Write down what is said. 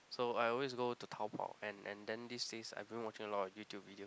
so I always go to Taobao and and then this this I been watching a lot of YouTube video